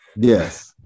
Yes